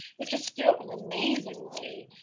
which is still an amazingly